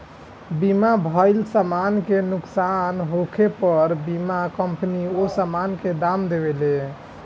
बीमा भइल समान के नुकसान होखे पर बीमा कंपनी ओ सामान के दाम देवेले